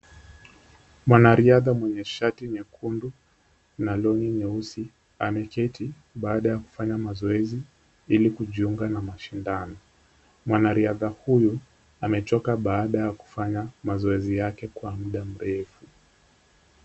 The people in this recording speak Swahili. Mwanariadha mwenye shati nyekundu na long'i nyeusi ameketi, baada ya kufanya mazoezi ili kujiunga na mashindano. Mwanariadha huyu amechoka baada ya kufanya mazoezi yake kwa muda mrefu.